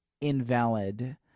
invalid